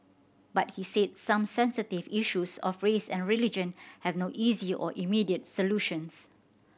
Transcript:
but he said some sensitive issues of race and religion have no easy or immediate solutions